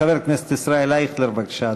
חבר הכנסת ישראל אייכלר, בבקשה,